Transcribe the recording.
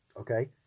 Okay